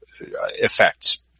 effects